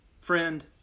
friend